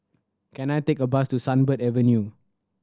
can I take a bus to Sunbird Avenue